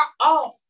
off